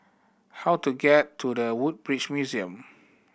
how do get to The Woodbridge Museum